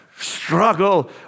struggle